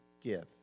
give